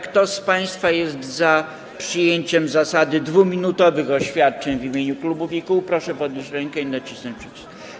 Kto z państwa jest za przyjęciem zasady 2-minutowych oświadczeń w imieniu klubów i kół, proszę podnieść rękę i nacisnąć przycisk.